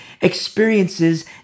experiences